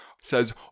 says